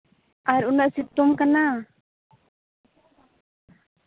ᱟᱨ ᱩᱱᱟᱹᱜ ᱥᱤᱛᱩᱝ ᱠᱟᱱᱟ